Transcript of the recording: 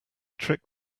trick